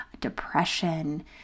depression